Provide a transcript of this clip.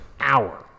hour